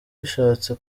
bishatse